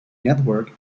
network